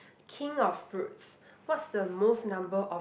king of fruits what's the most number of